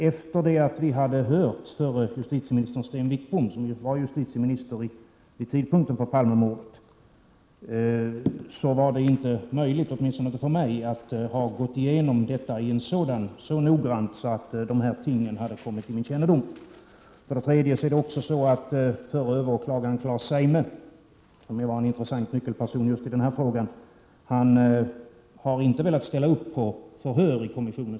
Efter det att vi hade hört Sten Wickbom, som ju var justitieminister vid tidpunkten för Palmemordet, var det inte möjligt, åtminstone inte för mig, att hävda att man hade gått igenom detta material så noggrant att dessa ting hade kommit till min kännedom. För det tredje: Förre överåklagaren Claes Zeime, som är en intressant nyckelperson just i den här frågan, har inte velat ställa upp på förhör i kommissionen.